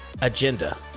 agenda